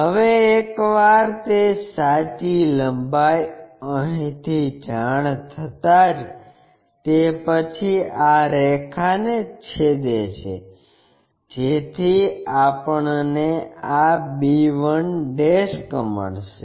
હવે એકવાર તે સાચી લંબાઈ અહીંથી જાણ થતા જ તે પછી આ રેખાને છેદે છે જેથી આપણને આ b 1 મળશે